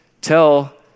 tell